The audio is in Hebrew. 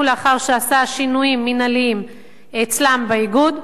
גם הוא לאחר שעשה שינויים מינהליים אצלם באיגוד.